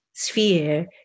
sphere